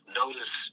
notice